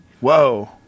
Whoa